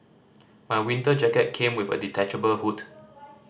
my winter jacket came with a detachable hood